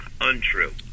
Untrue